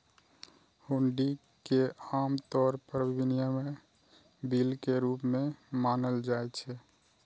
हुंडी कें आम तौर पर विनिमय बिल के रूप मे मानल जाइ छै